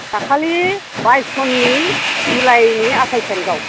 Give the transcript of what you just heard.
दाखालि बायस सननि जुलाइ नि आथायस तारिगआव